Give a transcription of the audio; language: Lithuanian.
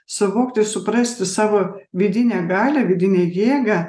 suvokti suprasti savo vidinę galią vidinę jėgą